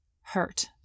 hurt